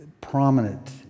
prominent